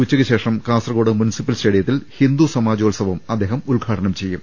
ഉച്ചയ്ക്ക് ശേഷം കാസർകോട് മുൻസിപ്പൽ സ്റ്റേഡിയ ത്തിൽ ഹിന്ദു സമാജോത്സവം അദ്ദേഹം ഉദ്ഘാടനം ചെയ്യും